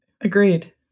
Agreed